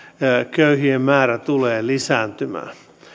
köyhien määrä tulee lisääntymään